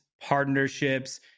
partnerships